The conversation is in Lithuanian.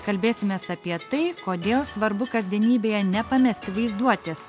kalbėsimės apie tai kodėl svarbu kasdienybėje nepamesti vaizduotės